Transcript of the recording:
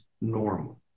normal